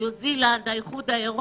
ניו-זילנד ועוד.